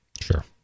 Sure